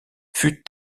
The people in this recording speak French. fut